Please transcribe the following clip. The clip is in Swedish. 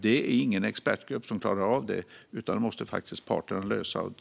Det är ingen expertgrupp som klarar av att göra det, utan det måste parterna lösa.